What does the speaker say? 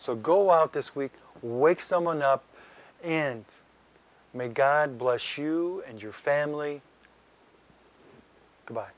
so go out this week wake someone up and may god bless you and your family by